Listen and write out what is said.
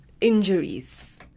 injuries